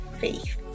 faith